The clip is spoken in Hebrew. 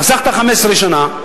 חסכת 15 שנה,